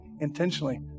intentionally